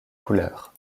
couleurs